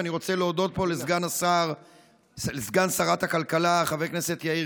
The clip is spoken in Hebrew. ואני רוצה להודות פה לסגן שרת הכלכלה חבר הכנסת יאיר